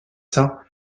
cents